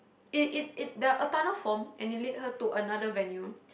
it it it the a tunnel form and it lead her to another venue